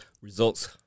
Results